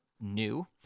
new